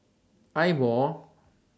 Eye Mo